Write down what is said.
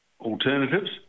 alternatives